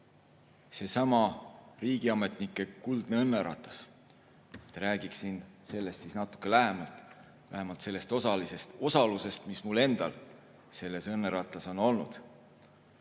Seesama riigiametnike kuldne õnneratas. Räägiksin sellest natuke lähemalt, vähemalt sellest osalusest, mis mul endal selles õnnerattas on olnud.